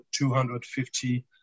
250